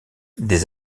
des